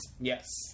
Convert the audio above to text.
Yes